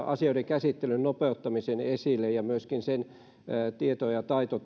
asioiden käsittelyn nopeuttamisen esille ja myöskin sen tieto ja